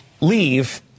leave